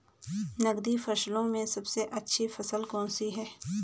नकदी फसलों में सबसे अच्छी फसल कौन सी है?